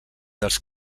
dels